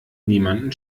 niemandem